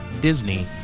disney